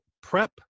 prep